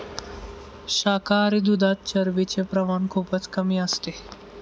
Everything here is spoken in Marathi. शाकाहारी दुधात चरबीचे प्रमाण खूपच कमी असते